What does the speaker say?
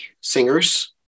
singers